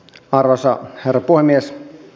arvoisa herra puhemies